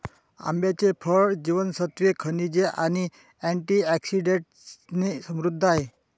आंब्याचे फळ जीवनसत्त्वे, खनिजे आणि अँटिऑक्सिडंट्सने समृद्ध आहे